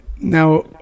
Now